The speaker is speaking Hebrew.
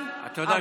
את יודעת,